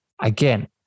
again